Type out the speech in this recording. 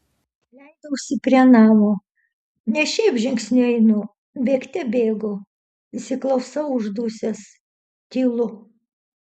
leidausi prie namo ne šiaip žingsniu einu bėgte bėgu įsiklausau uždusęs tylu